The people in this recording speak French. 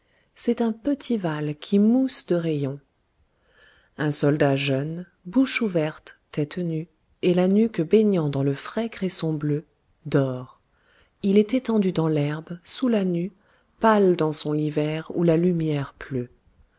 c'est un petit aval qui mousse de rayons un soldat jeune bouche ouverte tête nue et la nuque baignant dans le frais cresson bleu dort il est étendu dans l'herbe sous la nue pâle dans son lit vert où la lumière pleut